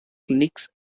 clinics